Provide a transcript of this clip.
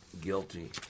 guilty